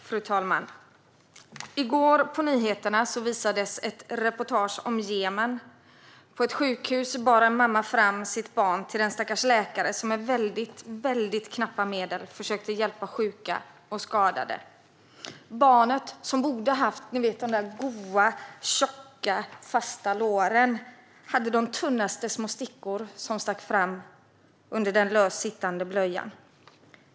Fru talman! I nyheterna i går visades ett reportage om Jemen. På ett sjukhus bar en mamma fram sitt barn till en stackars läkare som med väldigt knappa medel försökte hjälpa sjuka och skadade. Barnet som borde ha haft de där goa, tjocka, fasta låren hade de tunnaste små stickor som stack fram ur den löst sittande blöjan.